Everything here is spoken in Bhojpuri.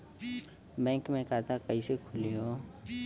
बैक मे खाता कईसे खुली हो?